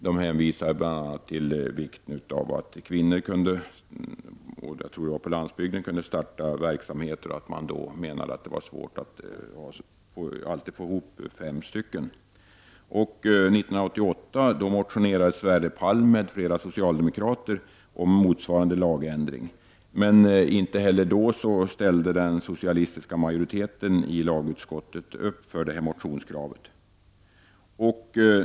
De hänvisade bl.a. till att kvinnor särskilt på landsbygden hade svårt att starta verksamhet, eftersom det var besvärligt att få ihop fem stycken medlemmar till en ekonomisk förening. 1988 motionerade Sverre Palm m.fl. socialdemokrater om motsvarande lagändring. Men inte heller då ställde den socialistiska majoriteten i lagutskottet upp bakom detta motionskrav.